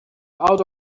out